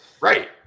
right